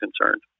concerned